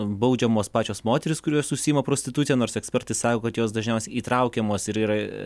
baudžiamos pačios moterys kurios užsiima prostitucija nors ekspertai sako kad jos dažniausiai įtraukiamos ir yra